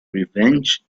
revenge